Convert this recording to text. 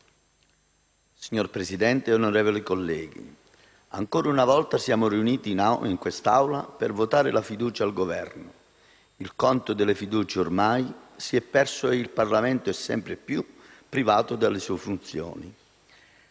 Signora Presidente, onorevoli colleghi, ancora una volta siamo riuniti in quest'Aula per votare la fiducia al Governo. Il conto delle fiducie ormai si è perso e il Parlamento è sempre più privato delle sue funzioni.